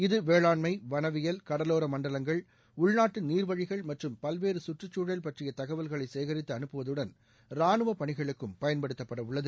இது வேளாண்மை வனவியல் கடவோர மண்டலங்கள் உள்நாட்டு நீர்வழிகள் மற்றும் பல்வேறு கற்றுச்சூழல் பற்றிய தகவல்களை சேகித்து அனுப்புவதுடன் ரானுவ பணிகளுக்கும் பயன்படுத்தப்பட உள்ளது